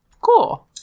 Cool